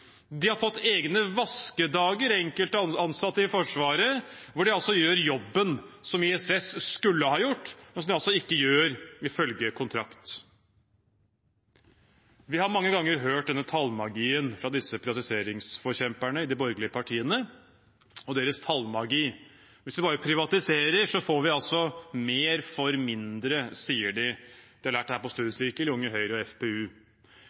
De har fått egne vaskedager, enkelte ansatte i Forsvaret, hvor de gjør jobben som ISS skulle ha gjort, men som de ikke gjør ifølge kontrakt. Vi har mange ganger hørt denne tallmagien fra disse privatiseringsforkjemperne i de borgerlige partiene. Hvis vi bare privatiserer, får vi mer for mindre, sier de. Det lærte de på studiesirkel i Unge Høyre og FpU.